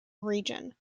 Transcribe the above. region